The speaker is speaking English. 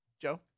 Joe